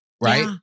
Right